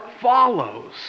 follows